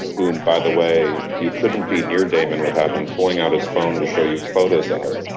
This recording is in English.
whom by the way, you couldn't be near damon without him pulling out his phone to show you photos of